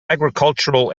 agricultural